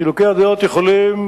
חילוקי הדעות יכולים